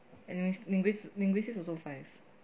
and lingui~ linguistics also five